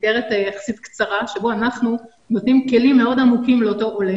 זו מסגרת יחסית קצרה שבה אנחנו נותנים כלים מאוד עמוקים לאותו עולה,